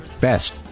Best